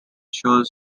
shows